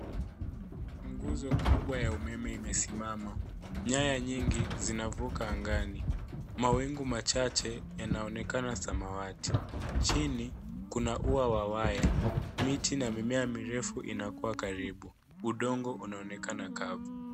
Nguzo kubwa ya umeme imesimama. Nyaya nyingi zinavuka angani. Mawingu machache yanaonekana samawati. Chini kuna ua wa waya. Miti na mimea mirefu inakua karibu. Udongo unaonekana kavu.